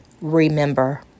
Remember